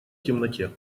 темноте